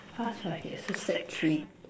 past five years so sec three